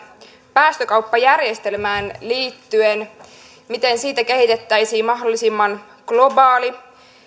päästökauppajärjestelmään liittyen miten siitä kehitettäisiin mahdollisimman globaali